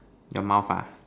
your mouth ah